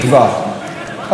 אז הוא התחיל לדבר על זה.